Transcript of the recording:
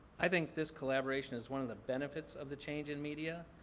i think this collaboration is one of the benefits of the change in media.